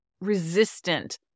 resistant